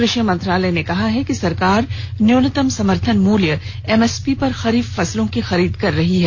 कृषि मंत्रालय ने कहा है कि सरकार न्यूनतम समर्थन मूल्य एमएसपी पर खरीफ फसलों की खरीद कर रही है